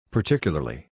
Particularly